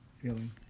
feeling